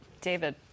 David